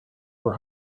were